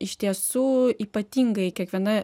iš tiesų ypatingai kiekviena